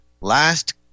last